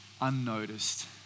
unnoticed